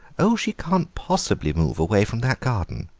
oh, she can't possibly move away from that garden.